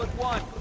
one.